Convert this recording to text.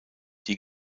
die